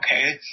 okay